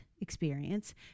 experience